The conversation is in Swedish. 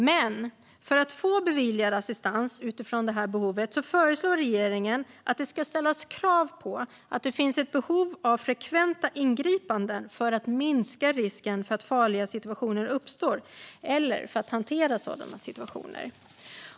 Men för att assistans ska beviljas utifrån detta behov föreslår regeringen att det ska ställas krav på att det finns ett behov av frekventa ingripanden för att minska risken för att farliga situationer uppstår eller för att hantera sådana situationer.